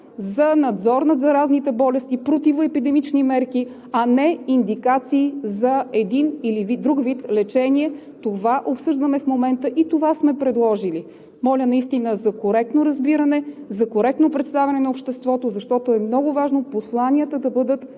за надзор над заразните болести, противоепидемични мерки, а не индикации за един или друг вид лечение – това обсъждаме в момента и това сме предложили. Моля наистина за коректно разбиране, за коректно представяне на обществото, защото е много важно посланията да бъдат